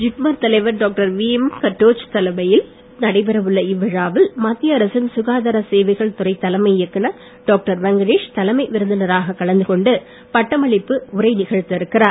ஜிப்மர் தலைவர் doctor V M Katoch தலைமையில் நடைபெற உள்ள இவ்விழாவில் மத்திய அரசின் சுகாதார சேவைகள் துறைத் தலைமை இயக்குநர் டாக்டர் வெங்கடேஷ் தலைமை விருந்தினராக கலந்து கொண்டு பட்டமளிப்பு உரை நிகழ்த்த இருக்கிறார்